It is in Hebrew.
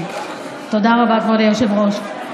תודה רבה, כבוד היושב-ראש.